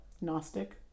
Gnostic